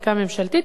חקיקה ממשלתית,